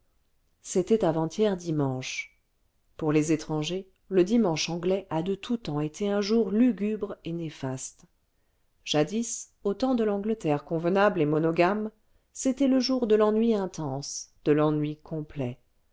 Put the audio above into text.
c'était avant-hier dimanche ce pour les étrangers le dimanche anglais a de tout temps été un jour lugubre et néfaste jadis au temps de l'angleterre convenable et monomaison monomaison correction pour épouses hormonnes game c'était le jour de l'ennui intense de l'ennui complet